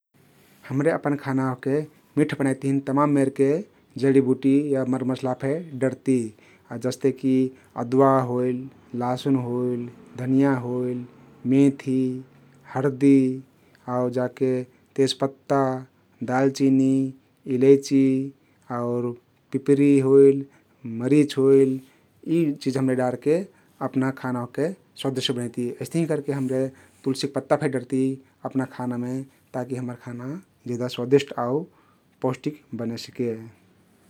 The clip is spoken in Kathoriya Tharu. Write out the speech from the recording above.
हम्रे अपन खाना ओहके मिठ बनाइक तहिन तमान मेरके जडीबुटी या मरमसला फे डरती । जस्ते कि अदुवा होइल, लासुन होइल, धनियाँ होइल, मेथी, हर्दी आउ जाके तेज पत्ता, दालचिनी, इलैची आउर पिपरी होइल, मरिच होइल यी चिझ हमरे डारके अपना खान ओहके स्वादिष्ट बनैती । अइस्तहिं करके हम्रे तुल्सीक पत्ता फे डरती अपना खानमे ता कि हम्मर खाना जेदा स्वादिष्ट आउ पौष्टिक बनेसिके ।